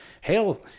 hell